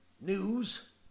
News